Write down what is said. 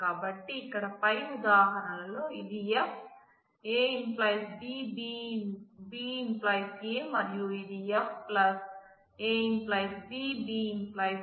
కాబట్టి ఇక్కడ పై ఉదాహరణలో ఇది F